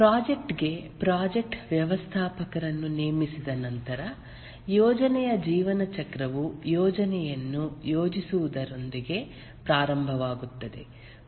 project ಗೆ project ವ್ಯವಸ್ಥಾಪಕರನ್ನು ನೇಮಿಸಿದ ನಂತರ ಯೋಜನೆಯ ಜೀವನ ಚಕ್ರವು ಯೋಜನೆಯನ್ನು ಯೋಜಿಸುವುದರೊಂದಿಗೆ ಪ್ರಾರಂಭವಾಗುತ್ತದೆ